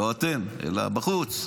לא אתם אלא בחוץ,